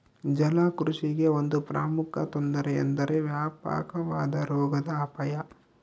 ಜಲಕೃಷಿಗೆ ಒಂದು ಪ್ರಮುಖ ತೊಂದರೆ ಎಂದರೆ ವ್ಯಾಪಕವಾದ ರೋಗದ ಅಪಾಯ